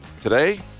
Today